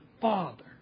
Father